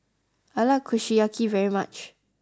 I like Kushiyaki very much